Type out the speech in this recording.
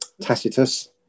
Tacitus